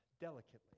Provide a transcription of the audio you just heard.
delicately